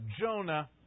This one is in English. Jonah